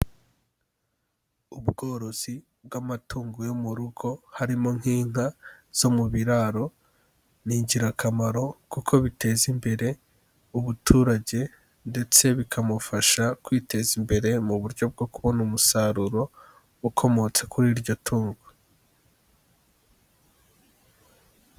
Ubworozi bw'amatungo yo mu rugo, harimo nk'inka zo mu biraro, ni ingirakamaro kuko biteza imbere ubuturage ndetse bikamufasha kwiteza imbere mu buryo bwo kubona umusaruro ukomotse kuri iryo tungo.